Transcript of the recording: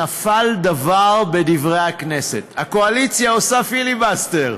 נפל דבר בדברי הכנסת: הקואליציה עושה פיליבסטר.